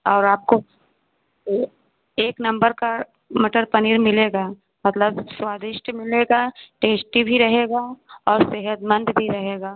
और आपको एक एक नम्बर का मटर पनीर मिलेगा मतलब स्वादिष्ट मिलेगा टेश्टी भी रहेगा और सेहतमंद भी रहेगा